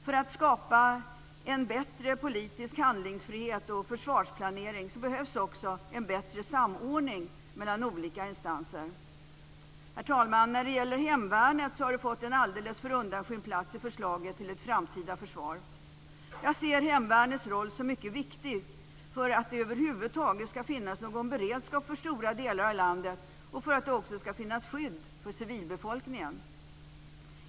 För att skapa en bättre politisk handlingsfrihet och försvarsplanering behövs också en bättre samordning mellan olika instanser. Herr talman! När det gäller hemvärnet har det fått en alldeles för undanskymt plats i förslaget till ett framtida försvar. Jag ser hemvärnets roll som mycket viktig för att det över huvud taget ska finnas någon beredskap för stora delar av landet och för att det också ska finnas skydd för civilbefolkningen.